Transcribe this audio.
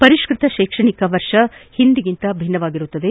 ಪರಿಷ್ಟತ ಶೈಕ್ಷಣಿಕ ವರ್ಷ ಹಿಂದಿಗಿಂತ ಭಿನ್ನವಾಗಿರಲಿದೆ